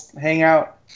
hangout